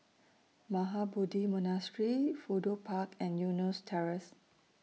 Mahabodhi Monastery Fudu Park and Eunos Terrace